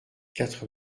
quatre